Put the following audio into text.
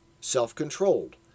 self-controlled